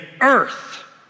earth